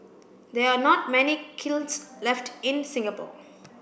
there are not many kilns left in Singapore